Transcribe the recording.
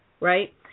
right